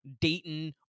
Dayton